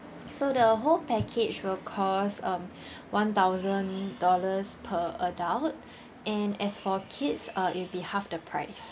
so the whole package will cost um one thousand dollars per adult and as for kids uh it'll be half the price